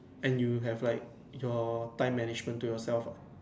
and you have like your time management to yourself what